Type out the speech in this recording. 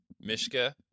Mishka